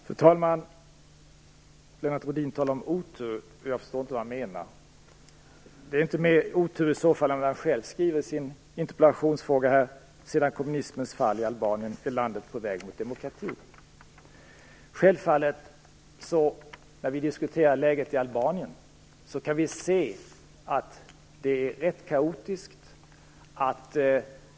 Fru talman! Lennart Rohdin talar om otur. Jag förstår inte vad han menar. Det är i så fall inte mer otur än vad han själv har när han skriver följande i sin interpellation: Sedan kommunismens fall i Albanien är landet på väg mot demokrati. Självfallet kan vi när vi diskuterar läget i Albanien se att det är rätt kaotiskt.